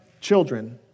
children